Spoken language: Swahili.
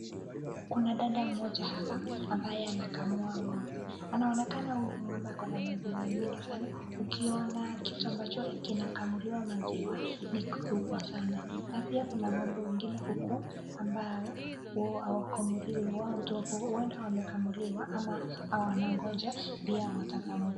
Kuna dada mmoja hapa, ambaye anakamua ng'ombe, anaonekana huyu ng'ombe ako na maziwa nyingi sana, ukiona kitu ambacho kinakamuliwa maziwa ni kubwa sana, na pia kuna ng'ombe wengine huku, ambao hawakamuliwi, huenda wamekamuliwa, ama wanangoja huenda watakamuliwa.